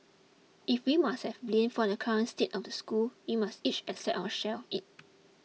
if we must have blame for the current state of the school we must each accept our share of it